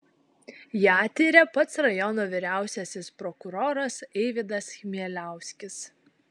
ją tiria pats rajono vyriausiasis prokuroras eivydas chmieliauskis